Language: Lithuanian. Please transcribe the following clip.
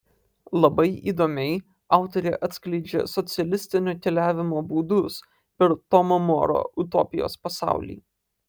labai įdomiai autorė atskleidžia socialistinio keliavimo būdus per tomo moro utopijos pasaulį